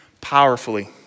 powerfully